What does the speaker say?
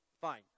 fine